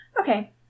Okay